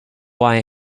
why